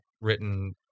written